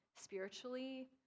spiritually